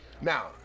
Now